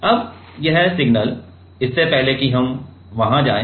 अब यह सिग्नल इससे पहले कि हम वहां जाएं